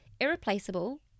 irreplaceable